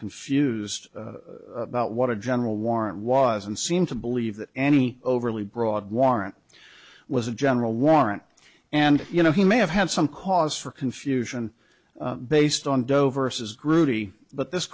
confused about what a general warrant was and seemed to believe that any overly broad warrant was a general warrant and you know he may have had some cause for confusion based on doe versus groody but this